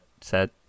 set